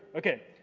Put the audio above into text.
okay.